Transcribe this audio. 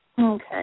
Okay